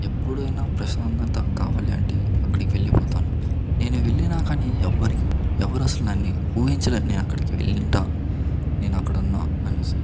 ఎప్పుడైనా ప్రశాంతత కావాలి అంటే అక్కడికి వెళ్ళి పోతాను నేను వెళ్ళినా కానీ ఎవ్వరికి ఎవరు అస్సలు నన్ని ఊహించలేరు నేను అక్కడికి వెళ్ళింటా నేను అక్కడ ఉన్న అనేసి